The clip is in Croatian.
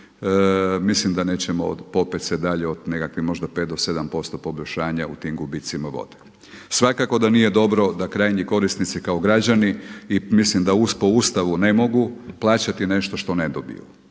mislim da nećemo popet se dalje od nekakvih možda 5 do 7% poboljšanja u tim gubicima vode. Svakako da nije dobro da krajnji korisnici kao građani i mislim da po Ustavu ne mogu plaćati nešto što ne dobiju,